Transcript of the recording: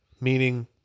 meaning